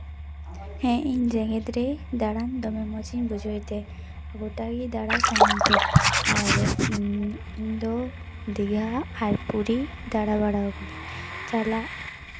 ᱦᱮᱸ ᱤᱧ ᱡᱮᱜᱮᱛ ᱨᱮ ᱫᱟᱬᱟᱱ ᱫᱚᱢᱮ ᱢᱚᱡᱤᱧ ᱵᱩᱡᱷᱟᱹᱣ ᱛᱮ ᱜᱳᱴᱟᱜᱮ ᱫᱟᱬᱟ ᱥᱟᱱᱟᱧ ᱛᱮ ᱟᱨ ᱤᱧ ᱫᱚ ᱫᱤᱜᱷᱟ ᱟᱨ ᱯᱩᱨᱤ ᱫᱟᱬᱟ ᱵᱟᱲᱟᱣ ᱠᱟᱹᱫᱟᱹᱧ ᱪᱟᱞᱟᱜ